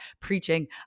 preaching